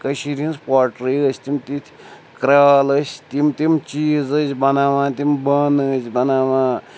کٔشیٖرِ ہِنٛز پوٹرٛی ٲسۍ تِم تِتھۍ کرٛال ٲس تِم تِم چیٖز ٲس بَناوان تِم بانہٕ ٲسۍ بَناوان